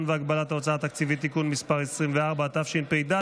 והגבלת ההוצאה התקציבית (תיקון מס' 24) הוא